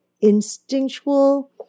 instinctual